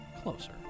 closer